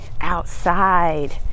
outside